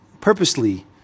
purposely